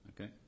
Okay